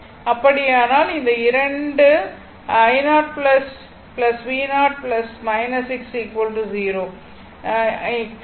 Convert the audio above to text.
அப்படியானால் இந்த 2 i0 v0 6 0 கிடைக்கும்